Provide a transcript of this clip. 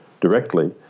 directly